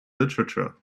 literature